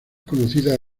conocidas